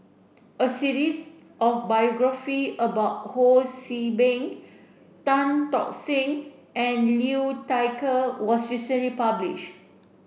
a series of biography about Ho See Beng Tan Tock Seng and Liu Thai Ker was recently publish